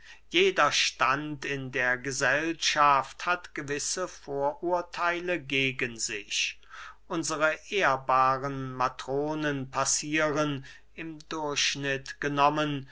jeder stand in der gesellschaft hat gewisse vorurtheile gegen sich unsre ehrbaren matronen passieren im durchschnitt genommen